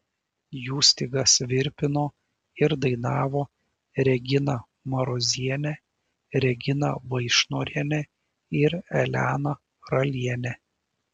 jų stygas virpino ir dainavo regina marozienė regina vaišnorienė ir elena ralienė